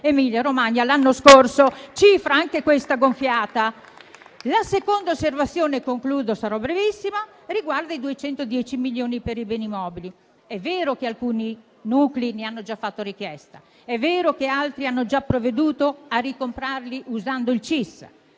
Emilia-Romagna l'anno scorso, cifra anche questa gonfiata. La seconda osservazione - e concludo, sarò brevissima - riguarda i 210 milioni per i beni mobili. È vero che alcuni nuclei ne hanno già fatto richiesta. È vero che altri hanno già provveduto a ricomprarli usando il